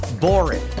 boring